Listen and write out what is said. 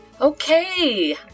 Okay